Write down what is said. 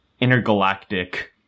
intergalactic